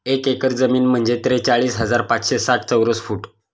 एक एकर जमीन म्हणजे त्रेचाळीस हजार पाचशे साठ चौरस फूट